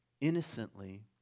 innocently